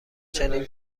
چنین